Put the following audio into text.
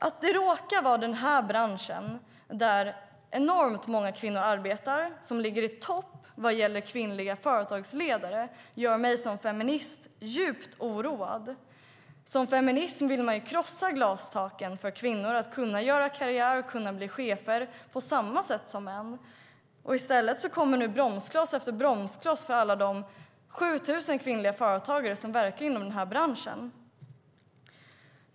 Att det råkar vara denna bransch som enormt många kvinnor arbetar i och som ligger i topp vad gäller kvinnliga företagsledare gör mig som feminist djupt oroad. Som feminist vill man krossa glastaken för kvinnor att kunna göra karriär och kunna bli chefer på samma sätt som män. I stället kommer nu bromskloss efter bromskloss för alla de 7 000 kvinnliga företagare som verkar inom denna bransch.